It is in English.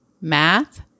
math